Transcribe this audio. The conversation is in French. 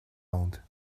mende